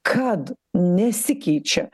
kad nesikeičia